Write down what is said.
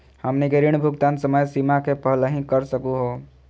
हमनी के ऋण भुगतान समय सीमा के पहलही कर सकू हो?